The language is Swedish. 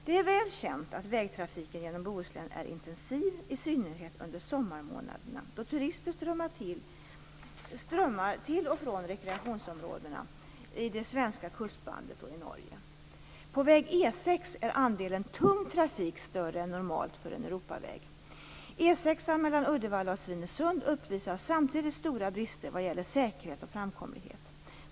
Det är väl känt att vägtrafiken genom Bohuslän är intensiv i synnerhet under sommarmånaderna, då turister strömmar till och från rekreationsområdena i det svenska kustbandet och i Norge. På väg E 6 är andelen tung trafik större än normalt för en Europaväg. E 6:an mellan Uddevalla och Svinesund uppvisar samtidigt stora brister vad gäller säkerhet och framkomlighet.